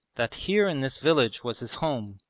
that here in this village was his home,